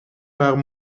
waren